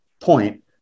point